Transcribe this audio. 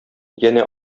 янә